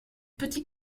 petit